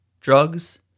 drugs